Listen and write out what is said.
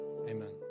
Amen